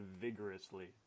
vigorously